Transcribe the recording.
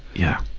yeah.